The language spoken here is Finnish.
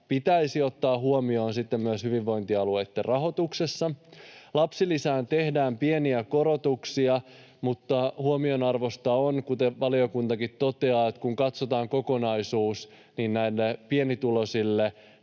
pitäisi ottaa huomioon sitten myös hyvinvointialueitten rahoituksessa. Lapsilisään tehdään pieniä korotuksia, mutta huomionarvoista on, kuten valiokuntakin toteaa, että kun katsotaan kokonaisuus, niin pienituloisille